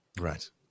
Right